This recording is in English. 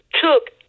took